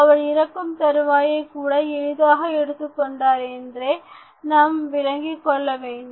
அவர் இறக்கும் தருவாயை கூட எளிதாக எடுத்துக் கொண்டார் என்றே நாம் விளங்கிக்கொள்ள வேண்டும்